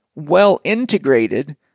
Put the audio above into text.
well-integrated